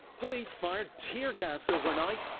police fired tear gas overnight.